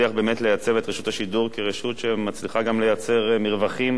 תצליח באמת לייצב את רשות השידור כרשות שמצליחה גם לייצר מרווחים